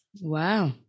Wow